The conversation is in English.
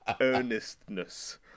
earnestness